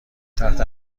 تحت